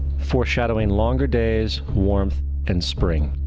foreshadowing longer days, warmth and spring.